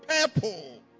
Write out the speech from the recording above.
purple